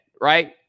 Right